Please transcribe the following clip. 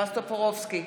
בועז טופורובסקי,